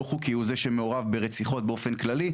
חוקי הוא זה שמעורב ברציחות באופן כללי,